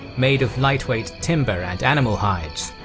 made of lightweight timber and animal hides.